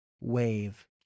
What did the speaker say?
wave